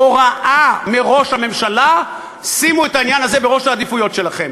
הוראה מראש הממשלה: שימו את העניין הזה בראש העדיפויות שלכם.